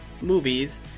movies